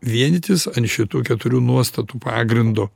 vienytis šitų keturių nuostatų pagrindu